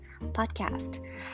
podcast